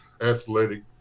athletic